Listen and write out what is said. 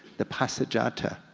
the passeggiata.